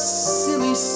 silly